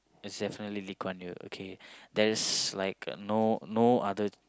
it's definitely Lee-Kuan-Yew okay there's like no no other